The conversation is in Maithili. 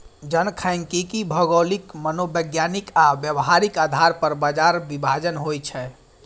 जनखांख्यिकी भौगोलिक, मनोवैज्ञानिक आ व्यावहारिक आधार पर बाजार विभाजन होइ छै